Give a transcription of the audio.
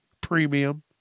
Premium